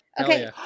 Okay